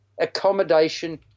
Accommodation